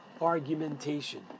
argumentation